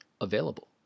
available